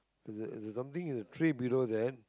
th there's there's a tree below there